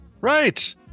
right